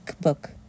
book